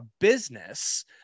business